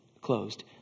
closed